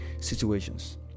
situations